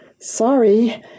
Sorry